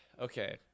Okay